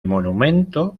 monumento